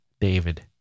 David